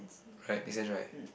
right is this right